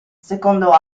secondo